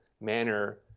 manner